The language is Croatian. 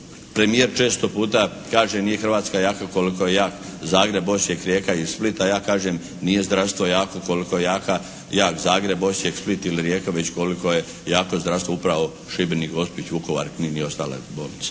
Premijer često puta kaže nije Hrvatska jaka koliko je jak Zagreb, Osijek, Rijeka i Split a ja kažem nije zdravstvo jako koliko je jak Zagreb, Osijek, Split ili Rijeka već koliko je jako zdravstvo upravo Šibenik, Gospić, Vukovar i ostale bolnice.